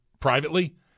Privately